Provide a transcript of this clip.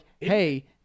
hey